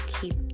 keep